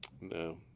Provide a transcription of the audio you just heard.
No